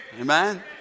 Amen